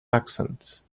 accent